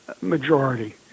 majority